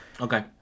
Okay